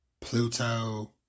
Pluto